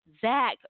Zach